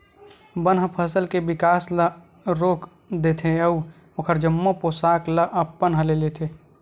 बन ह फसल के बिकास ल रोक देथे अउ ओखर जम्मो पोसक ल अपन ह ले लेथे